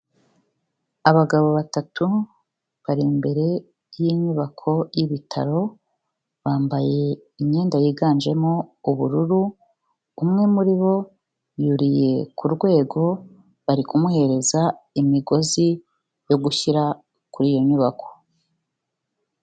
Abagabo batatu bari imbere y'inyubako y'ibitaro, bambaye imyenda yiganjemo ubururu, umwe muri bo yuriye ku rwego, bari kumuhereza imigozi yo gushyira kuri iyo nyubako.